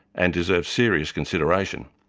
and deserved serious consideration.